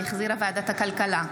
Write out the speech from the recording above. שהחזירה ועדת הכלכלה,